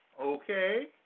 Okay